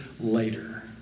later